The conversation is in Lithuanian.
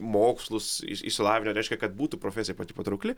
mokslus išsilavinę reiškia kad būtų profesija pati patraukli